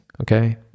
okay